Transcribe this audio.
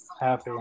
happy